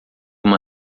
uma